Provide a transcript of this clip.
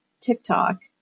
tiktok